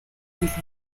hijas